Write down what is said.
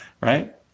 right